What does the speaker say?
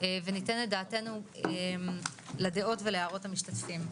וניתן את דעתנו לדעות ולהערות המשתתפים.